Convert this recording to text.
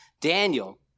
daniel